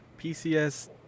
PCS